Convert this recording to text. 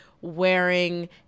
wearing